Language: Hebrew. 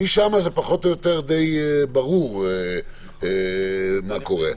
משם זה פחות או יותר די ברור מה קורה.